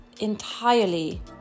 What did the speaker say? entirely